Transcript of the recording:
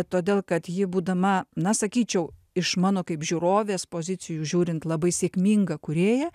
todėl kad ji būdama na sakyčiau iš mano kaip žiūrovės pozicijų žiūrint labai sėkminga kūrėja